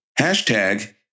hashtag